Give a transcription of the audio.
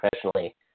professionally